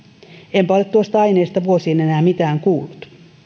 enpä ole tuosta aineesta vuosiin enää mitään kuullut